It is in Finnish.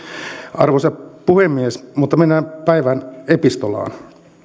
arvoisa puhemies mutta mennään päivän epistolaan